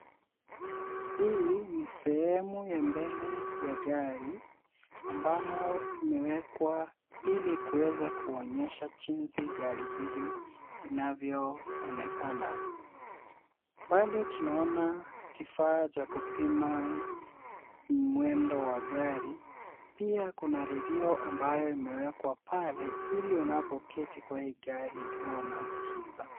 Hii ni sehemu ya mbele ya gari, ambalo imewekwa ili kuweza kuonyesha jinsi gari hili linavyoonekana. Pale tunaona kifaa cha kupima mwendo wa gari. Pia kuna redio ambayo imewekwa pale, ili unapoketi kwa hii gari unasikiza.